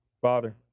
Father